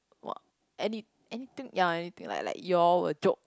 !wah! anything ya anything like like you all will joke